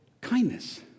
Kindness